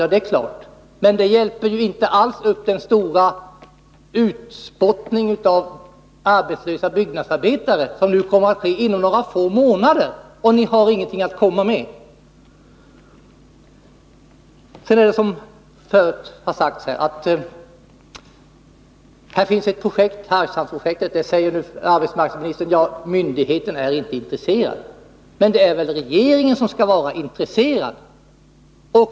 Ja, det är klart, men det hjälper ju inte alls upp den stora utspottning av arbetslösa byggnadsarbetare som nu kommer att ske inom några få månader. Där har ni ingenting att komma med! Som har påpekats förut finns det ett projekt som heter Hargshamnsprojektet. Arbetsmarknadsministern säger nu att myndigheten inte är intresserad. Men det är väl regeringen som skall vara intresserad.